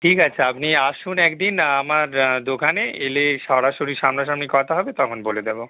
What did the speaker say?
ঠিক আছে আপনি আসুন এক দিন আমার দোকানে এলে সরাসরি সামনা সামনি কথা হবে তখন বলে দেবো